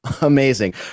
Amazing